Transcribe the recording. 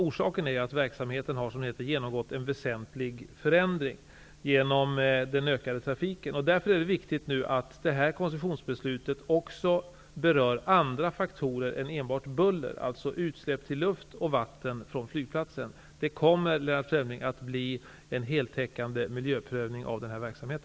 Orsaken är att verksamheten har, som det heter, genomgått en väsentlig förändring genom den ökade trafiken. Därför är det nu viktigt att detta koncessionsbeslut också berör andra faktorer än buller, nämligen utsläpp till luft och vatten från flygplatsen. Det kommer, Lennart Fremling, att bli en heltäckande miljöprövning av denna verksamhet.